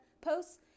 posts